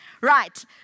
Right